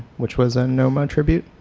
which was a noma tribute.